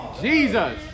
Jesus